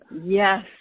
Yes